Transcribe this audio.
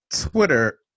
Twitter